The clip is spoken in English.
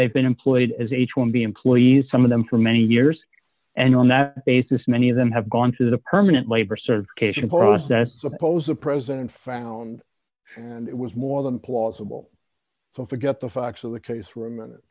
they've been employed as h one b employees some of them for many years and on that basis many of them have gone to the permanent labor certification process suppose the president found and it was more than plausible so forget the facts of the case room and it